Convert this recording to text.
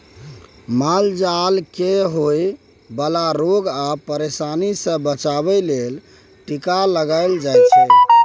माल जाल केँ होए बला रोग आ परशानी सँ बचाबे लेल टीका लगाएल जाइ छै